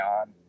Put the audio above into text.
on